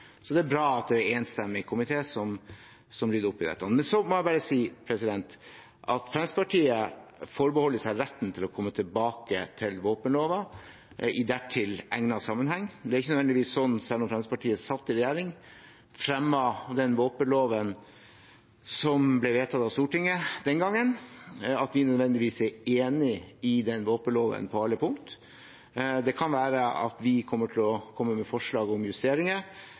Det er bra at det er en enstemmig komité som vil rydde opp i dette. Så vil jeg si at Fremskrittspartiet forbeholder seg retten til å komme tilbake til våpenloven i en dertil egnet sammenheng. Det er ikke nødvendigvis slik, selv om Fremskrittspartiet satt i regjering og fremmet den våpenloven som ble vedtatt av Stortinget den gangen, at vi nødvendigvis er enig i den våpenloven på alle punkt. Det kan være at vi kommer til å komme med forslag om justeringer,